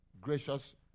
gracious